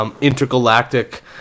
intergalactic